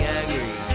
angry